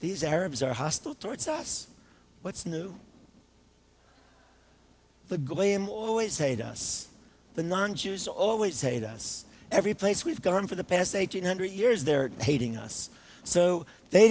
these arabs are hostile towards us what's new the glam always hate us the non jews always hate us everyplace we've gone for the past eight hundred years they're hating us so they